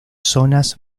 zonas